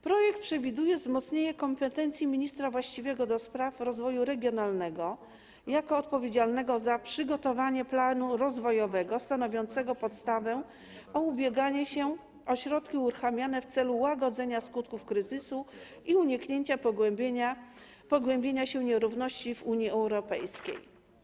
Projekt przewiduje wzmocnienie kompetencji ministra właściwego do spraw rozwoju regionalnego jako odpowiedzialnego za przygotowanie planu rozwojowego stanowiącego podstawę do ubiegania się o środki uruchamiane w celu łagodzenia skutków kryzysu i uniknięcia pogłębiania się nierówności w Unii Europejskiej.